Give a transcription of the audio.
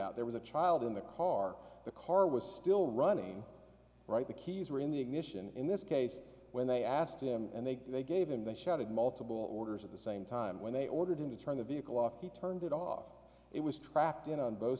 out there was a child in the car the car was still running right the keys were in the ignition in this case when they asked him and they they gave him that shot of multiple orders at the same time when they ordered him to turn the vehicle off he turned it off it was tracked in on both